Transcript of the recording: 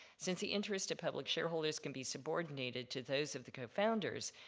since the interest to public shareholders can be subordinated to those of the co-founders,